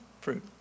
fruit